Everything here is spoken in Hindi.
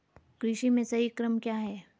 कृषि में सही क्रम क्या है?